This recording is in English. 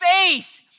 faith